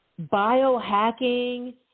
biohacking